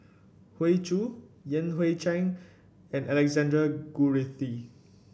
Hoey Choo Yan Hui Chang and Alexander Guthrie